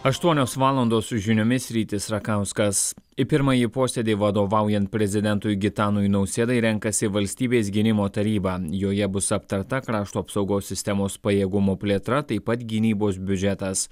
aštuonios valandos su žiniomis rytis rakauskas į pirmąjį posėdį vadovaujant prezidentui gitanui nausėdai renkasi valstybės gynimo taryba joje bus aptarta krašto apsaugos sistemos pajėgumų plėtra taip pat gynybos biudžetas